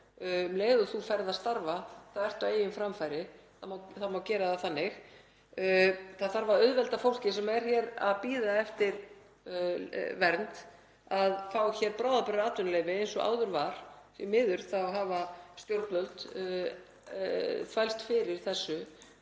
Um leið og þú ferð að starfa þá ertu á eigin framfæri, það má gera það þannig. Það þarf að auðvelda fólki sem er að bíða eftir vernd að fá hér bráðabirgðaatvinnuleyfi eins og áður var. Því miður hafa stjórnvöld þvælst fyrir í þessu